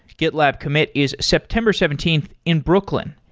gitlab commit is september seventeenth in brooklyn,